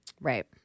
Right